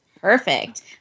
Perfect